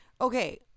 Okay